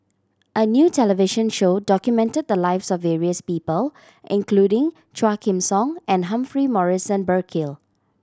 a new television show documented the lives of various people including Quah Kim Song and Humphrey Morrison Burkill